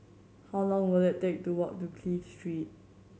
how long will it take to walk to Clive Street